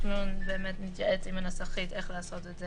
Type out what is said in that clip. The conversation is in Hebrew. אנחנו באמת נתייעץ עם הנסחית איך לעשות את זה